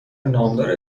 نامدار